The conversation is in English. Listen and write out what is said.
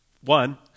One